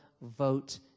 vote